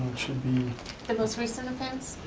should be the most recent offense?